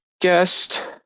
guest